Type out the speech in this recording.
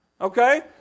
Okay